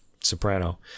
soprano